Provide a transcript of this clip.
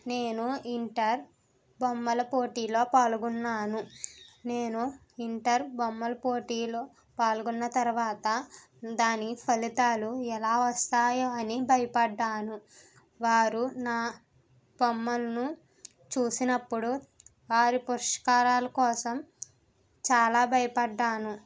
నేను ఇంటర్ బొమ్మల పోటీలో పాల్గొన్నాను నేను ఇంటర్ బొమ్మల పోటీలో పాల్గొన్న తర్వాత దాని ఫలితాలు ఎలా వస్తాయో అని భయపడ్డాను వారు నా బొమ్మలను చూసినప్పుడు వారి పురస్కారాల కోసం చాలా భయపడ్డాను